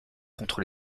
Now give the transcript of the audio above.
contre